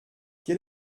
quel